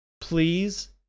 Please